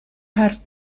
حرف